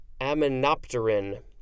aminopterin